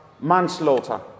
manslaughter